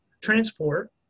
transport